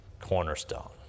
cornerstone